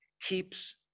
keeps